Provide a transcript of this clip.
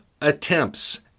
attempts